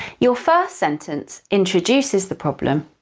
your first sentence introduces the problem,